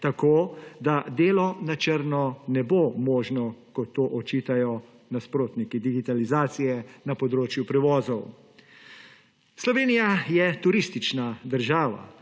tako da delo na črno ne bo možno, kot to očitajo nasprotniki digitalizacije na področju prevozov. Slovenija je turistična država.